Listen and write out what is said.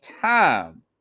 time